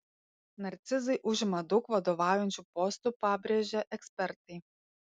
narcizai užima daug vadovaujančių postų pabrėžia ekspertai